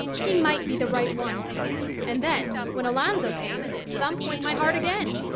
he might be the right one and then, when alonzo came, thump went my heart again.